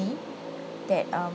that um